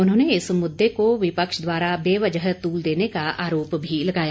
उन्होंने इस मुद्दे को विपक्ष द्वारा बेवजह तूल देने का आरोप भी लगाया